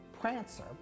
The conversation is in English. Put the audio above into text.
Prancer